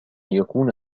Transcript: يكون